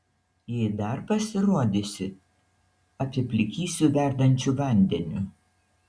jei dar pasirodysi apiplikysiu verdančiu vandeniu